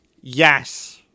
Yes